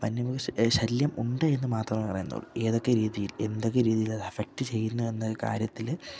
വന്യമൃഗ ശല്യം ഉണ്ട് എന്ന് മാത്രമേ പറയുന്നുള്ളൂ ഏതൊക്കെ രീതിയിൽ എന്തൊക്കെ രീതിയിൽ അത് അഫക്ട് ചെയ്യുന്നു എന്ന കാര്യത്തിൽ